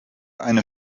eine